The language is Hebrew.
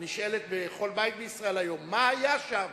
הנשאלת בכל בית בישראל היום: מה היה שם?